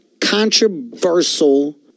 controversial